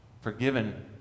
forgiven